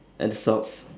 at the socks